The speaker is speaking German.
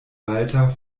walter